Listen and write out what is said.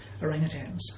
orangutans